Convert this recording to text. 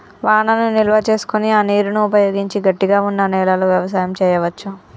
వానను నిల్వ చేసుకొని ఆ నీరును ఉపయోగించి గట్టిగ వున్నా నెలలో వ్యవసాయం చెయ్యవచు